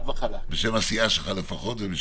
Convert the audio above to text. הסיעה שלך לפחות ובשמך.